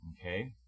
Okay